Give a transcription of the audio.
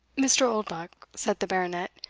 mr. oldbuck, said the baronet,